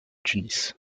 tunis